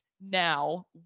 now